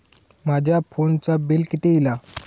माझ्या फोनचा बिल किती इला?